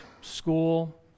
school